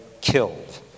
killed